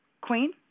Queen